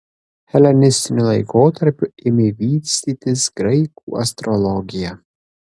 helenistiniu laikotarpiu ėmė vystytis graikų astrologija